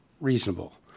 reasonable